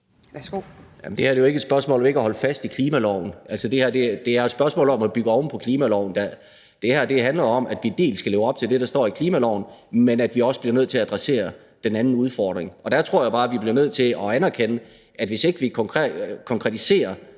det her er jo ikke et spørgsmål om ikke at holde fast i klimaloven. Det er et spørgsmål om at bygge oven på klimaloven. Det her handler om, at vi dels skal leve op til det, der står i klimaloven, men at vi også bliver nødt til at adressere den anden udfordring. Og der tror jeg bare, at vi bliver nødt til at anerkende, at hvis ikke vi konkretiserer